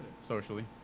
Socially